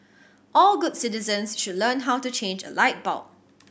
all good citizens should learn how to change a light bulb